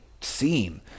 scene